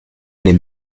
dem